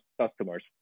customers